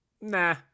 Nah